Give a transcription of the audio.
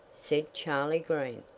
said charley green.